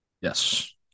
Yes